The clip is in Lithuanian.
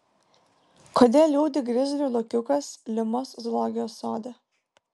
kodėl liūdi grizlių lokiukas limos zoologijos sode